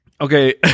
Okay